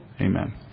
amen